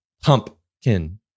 Pumpkin